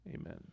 amen